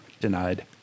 Denied